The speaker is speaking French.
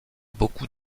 beaucoup